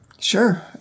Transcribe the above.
Sure